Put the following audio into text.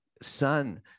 son